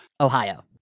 Ohio